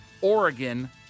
Oregon